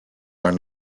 are